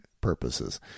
purposes